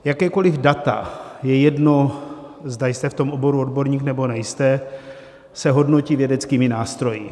Jakákoliv data, je jedno, zda jste v tom oboru odborník, nebo nejste, se hodnotí vědeckými nástroji.